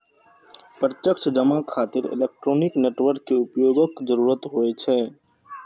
प्रत्यक्ष जमा खातिर इलेक्ट्रॉनिक नेटवर्क के उपयोगक जरूरत होइ छै